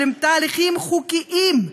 שהם תהליכים חוקיים.